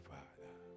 Father